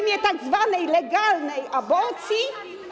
W imię tak zwanej legalnej aborcji?